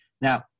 Now